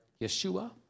Yeshua